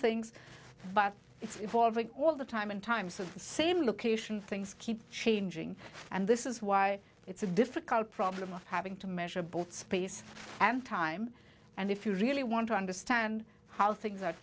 things but it's all very all the time in times of the same location things keep changing and this is why it's a difficult problem of having to measure both space and time and if you really want to understand how things are